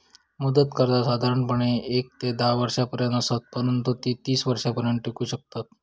मुदत कर्जा साधारणपणे येक ते धा वर्षांपर्यंत असत, परंतु ती तीस वर्षांपर्यंत टिकू शकतत